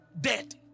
dead